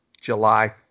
July